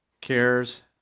cares